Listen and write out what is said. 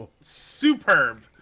superb